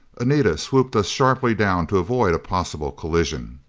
anita swooped us sharply down to avoid a possible collision.